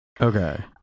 Okay